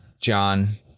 John